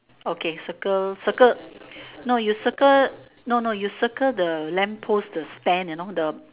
okay circle circle no you circle no no you circle the lamp post the stand you know the